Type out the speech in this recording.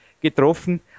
getroffen